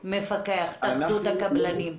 התאחדות הקבלנים מפקחת.